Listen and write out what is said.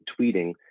tweeting